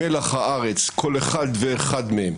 מלח הארץ כל אחד ואחד מהם.